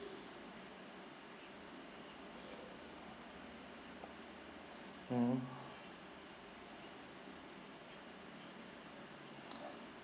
mm